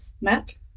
Matt